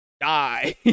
die